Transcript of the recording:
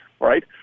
right